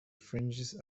fringes